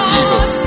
Jesus